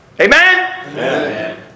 Amen